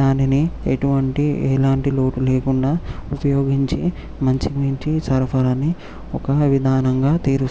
దానిని ఎటువంటి ఎలాంటి లోటు లేకుండా ఉపయోగించి మంచి నీటి సరఫరా అని ఒక విధానంగా తీరుస్తాను